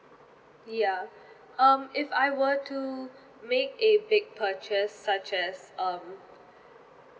ya um if I were to make a big purchase such as um